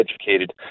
educated